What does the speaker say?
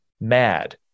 mad